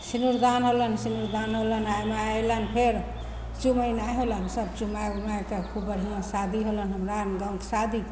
सिन्दूरदान होलनि सिन्दूरदान होलनि आइ माइ अएलनि फेर चुमेनाइ होलनि सब चुमै उमैके खूब बढ़िआँ शादी होलनि हमरा गामके शादी